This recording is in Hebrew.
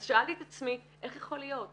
אז שאלתי את עצמי איך יכול להיות?